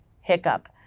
hiccup